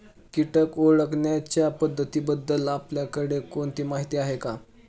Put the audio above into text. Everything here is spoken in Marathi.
कीटक ओळखण्याच्या पद्धतींबद्दल आपल्याकडे कोणती माहिती आहे?